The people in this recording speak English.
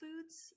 foods